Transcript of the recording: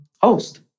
host